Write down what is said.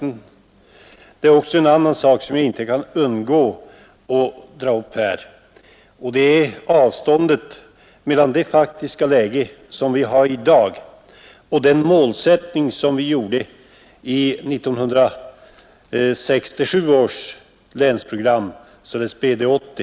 Det finns en annan sak som jag inte kan undgå att ta upp här. Det är avståndet mellan det faktiska läge som vi har i dag och den målsättning, som angavs i 1967 års länsprogram, BD 80.